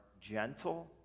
gentle